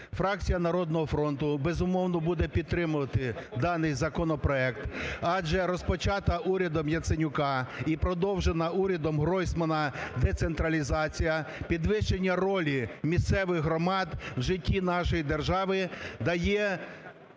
Фракція "Народного фронту", безумовно, буде підтримувати даний законопроект, адже розпочата урядом Яценюка і продовжена урядом Гройсмана децентралізація, підвищення ролі місцевих громад в житті нашої держави дає